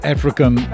African